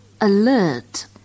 alert